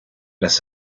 las